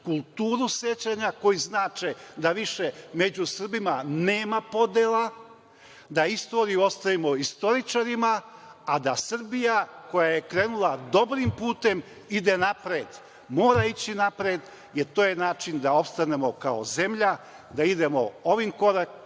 kulturu sećanja, koji znače da više među Srbima nema podela, da istoriju ostavimo istoričarima, a da Srbija koja je krenula dobrim putem ide napred. Mora ići napred, jer to je način da opstanemo kao zemlja, da idemo ovim koracima